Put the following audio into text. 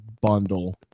bundle